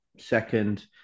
second